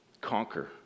conquer